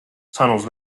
tunnels